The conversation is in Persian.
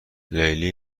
لیلی